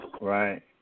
right